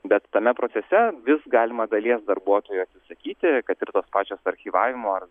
bet tame procese vis galima dalies darbuotojų atsisakyti kad ir tos pačios archyvavimo